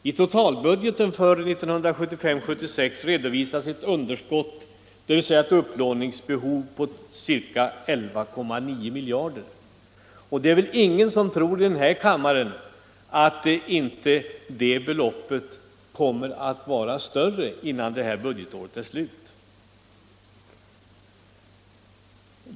I totalbudgeten för 1975/76 redovisas ett underskott, dvs. ett upplåningsbehov, på ca 11,9 miljarder. Det är väl ingen i denna kammare som tror att inte det beloppet kommer att vara större innan budgetåret är slut.